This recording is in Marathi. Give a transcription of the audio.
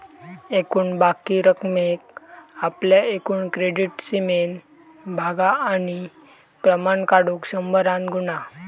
एकूण बाकी रकमेक आपल्या एकूण क्रेडीट सीमेन भागा आणि प्रमाण काढुक शंभरान गुणा